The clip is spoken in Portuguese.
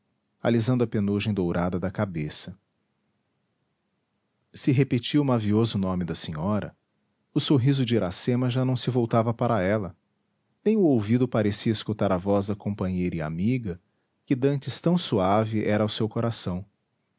alisando a penugem dourada da cabeça se repetia o mavioso nome da senhora o sorriso de iracema já não se voltava para ela nem o ouvido parecia escutar a voz da companheira e amiga que dantes tão suave era ao seu coração